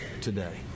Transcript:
today